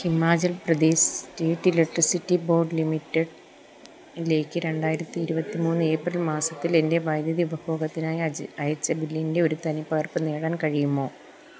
Himachal Pradesh state electricity board ലിമിറ്റഡിലേക്ക് രണ്ടായിരത്തി ഇരുപത്തി മൂന്ന് ഏപ്രിൽ മാസത്തിലെൻ്റെ വൈദ്യുതി ഉപയോഗത്തിനായി അയച്ച ബില്ലിൻ്റെ ഒരു തനിപ്പകർപ്പ് നേടാൻ കഴിയുമോ